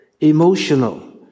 emotional